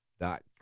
dot